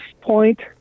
point